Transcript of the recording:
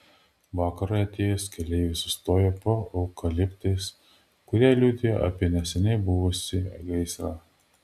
vakarui atėjus keleiviai sustojo po eukaliptais kurie liudijo apie neseniai buvusį gaisrą